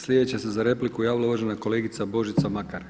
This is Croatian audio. Slijedeća se za repliku javila uvažena kolegica Božica Makar.